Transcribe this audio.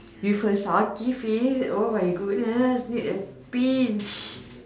with her sulky face oh my goodness need a pinch